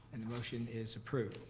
and the motion is approved.